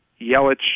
Yelich